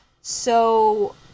so-